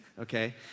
okay